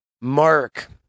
Mark